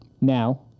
Now